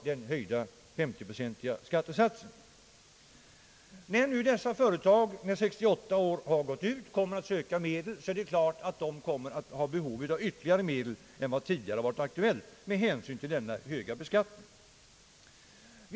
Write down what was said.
När här berörda företag efter 1968 års utgång kommer att söka bidragsmedel, är det klart att de kommer att ha behov av större bidrag än vad som tidigare varit aktuellt. Den höga beskattningen är skälet härtill.